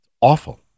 Awful